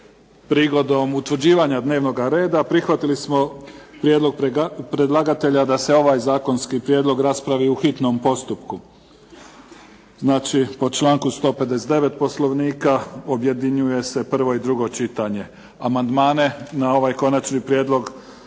Prigodom utvrđivanja dnevnoga reda prihvatili smo prijedlog predlagatelja da se ovaj zakonski prijedlog raspravi u hitnom postupku. Znači, po članku 159. Poslovnika objedinjuje se prvo i drugo čitanje. Amandmane na ovaj konačni prijedlog